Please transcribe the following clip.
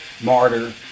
Martyr